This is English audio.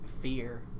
fear